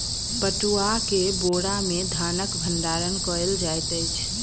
पटुआ के बोरा में धानक भण्डार कयल जाइत अछि